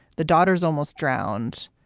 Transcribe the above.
the daughters almost drowned.